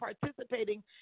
participating